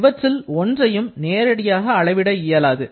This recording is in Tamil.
இவற்றில் ஒன்றையும் நேரடியாக அளவிட இயலாது